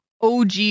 OG